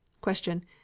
Question